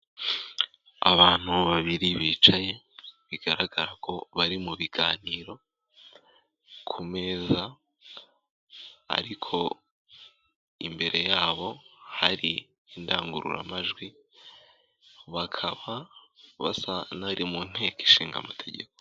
Abantu babiri bicaye, bigaragara ko bari mu biganiro ku meza ariko imbere yabo hari indangururamajwi, bakaba basa n'abari mu nteko ishinga amategeko.